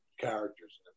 characters